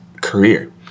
career